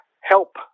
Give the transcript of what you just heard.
help